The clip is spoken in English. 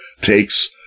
takes